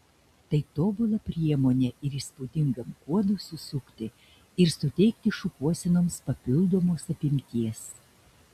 tai tobula priemonė ir įspūdingam kuodui susukti ir suteikti šukuosenoms papildomos apimties